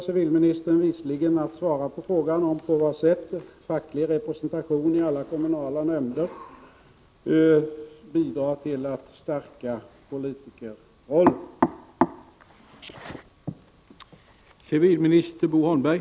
Civilministern undvek att svara på min fråga på vad sätt facklig representation i alla kommunala nämnder bidrar till att stärka politikerrollen.